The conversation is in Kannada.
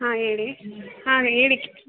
ಹಾಂ ಹೇಳಿ ಹಾಂ ಹೇಳಿ